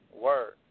word